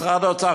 משרד האוצר,